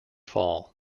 fall